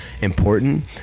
important